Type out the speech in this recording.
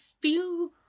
feel